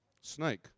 Snake